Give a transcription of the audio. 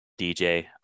DJ